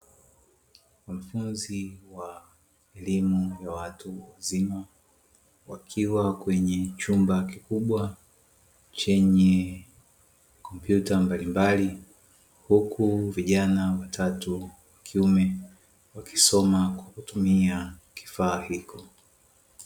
Mkufunzi wa elimu ya watu wazima wakiwa kwenye chumba kikubwa chenye kompyuta mbalimbali, Huku vijana watatu wa kiume wakisoma kwa kutumia kifaa hicho.